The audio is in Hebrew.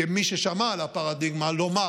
כמי ששמע על הפרדיגמה, לומר